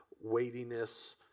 weightiness